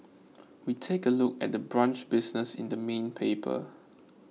we take a look at the brunch business in the main paper